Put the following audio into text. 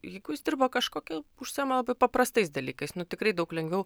jeigu jis dirbo kažkokiu užsiema labai paprastais dalykais nu tikrai daug lengviau